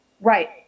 Right